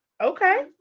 Okay